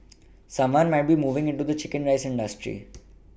someone might be moving into the chicken rice industry